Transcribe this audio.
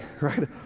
right